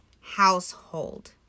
household